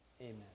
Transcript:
Amen